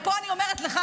ופה אני אומרת לך,